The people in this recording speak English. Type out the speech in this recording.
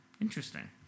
interesting